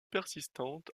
persistantes